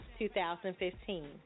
2015